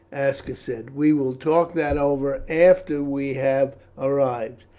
aska said. we will talk that over after we have arrived.